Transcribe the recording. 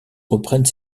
reprennent